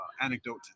anecdote